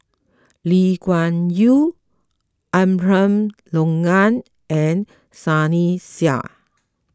Lee Kuan Yew Abraham Logan and Sunny Sia